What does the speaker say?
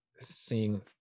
seeing